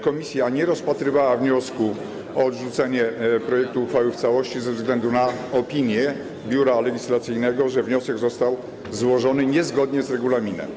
Komisja nie rozpatrywała wniosku o odrzucenie projektu uchwały w całości ze względu na opinię Biura Legislacyjnego mówiącą, że wniosek został złożony niezgodnie z regulaminem.